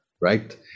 right